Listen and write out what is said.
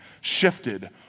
shifted